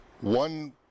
one